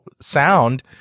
sound